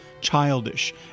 childish